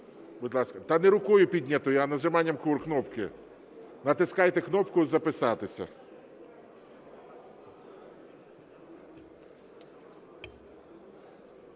Та не рукою піднятою, а нажиманням кнопки. Натискайте кнопку "записатися".